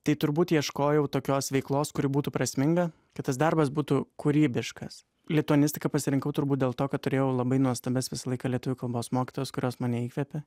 tai turbūt ieškojau tokios veiklos kuri būtų prasminga kai tas darbas būtų kūrybiškas lituanistiką pasirinkau turbūt dėl to kad turėjau labai nuostabias visą laiką lietuvių kalbos mokytojos kurios mane įkvepia